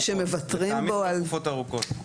לטעמי אלה תקופות ארוכות.